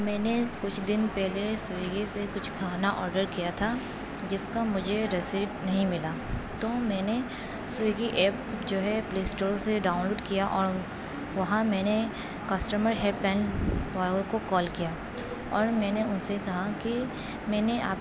میں نے کچھ دن پہلے سوئیگی سے کچھ کھانا آڈر کیا تھا جس کا مجھے رسیپٹ نہیں ملا تو میں نے سوئیگی ایپ جو ہے پلے اسٹور سے ڈاؤن لوڈ کیا اور وہاں میں نے کسٹمر ہیلپ لائن والوں کو کال کیا اور میں نے ان سے کہا کہ میں نے آپ